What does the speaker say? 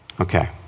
Okay